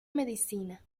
medicina